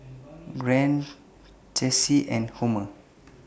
Grant Chessie and Homer